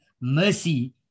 Mercy